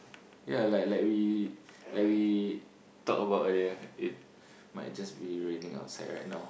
ya like like we like we talk about earlier it might just be raining outside right now